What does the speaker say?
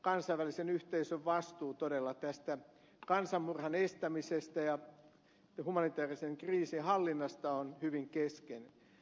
kansainvälisen yhteisön vastuu todella tästä kansanmurhan estämisestä ja humanitäärisen kriisin hallinnasta on hyvin keskeinen